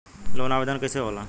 Loan आवेदन कैसे होला?